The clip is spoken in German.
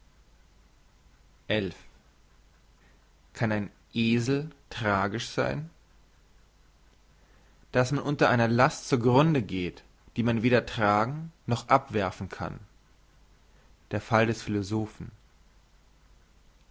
kann ein esel tragisch sein dass man unter einer last zu grunde geht die man weder tragen noch abwerfen kann der fall des philosophen